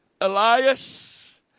Elias